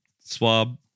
swab